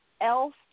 else